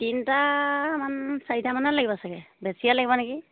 তিনিটামান চাৰিটামানে লাগিব চাগে বেছিয়ে লাগিব নেকি